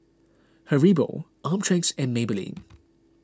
Haribo Optrex and Maybelline